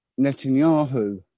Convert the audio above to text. Netanyahu